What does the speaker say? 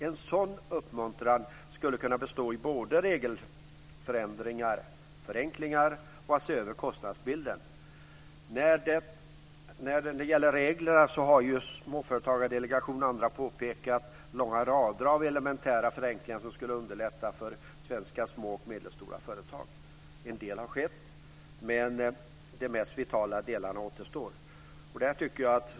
En sådan uppmuntran skulle kunna bestå i både regelförändringar och förenklingar och att se över kostnadsbilden. Småföretagsdelegationen och andra har påpekat långa rader av elementära förenklingar av regler som skulle underlätta för svenska små och medelstora företag. En del har skett, men de mest vitala delarna återstår.